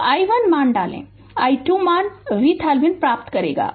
तो i1 मान डालें i2 मान VThevenin प्राप्त करेगा